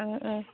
ओं ओं